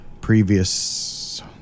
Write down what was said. previous